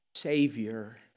Savior